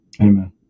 Amen